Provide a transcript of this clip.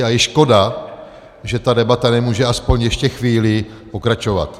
A je škoda, že ta debata nemůže aspoň ještě chvíli pokračovat.